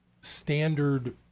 standard